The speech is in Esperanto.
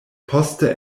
poste